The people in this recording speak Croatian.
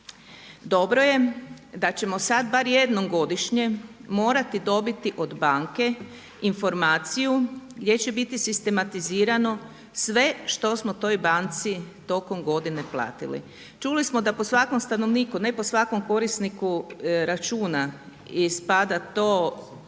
Dobro je da ćemo sad bar jednom godišnje morati dobiti od banke informaciju gdje će biti sistematizirano sve što smo toj banci tokom godine platili. Čuli smo da po svakom stanovniku, ne po svakom korisniku računa ispada to više